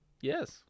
Yes